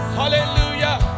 hallelujah